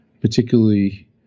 particularly